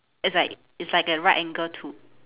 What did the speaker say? it's like it's like a right angle to